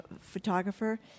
photographer